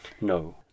No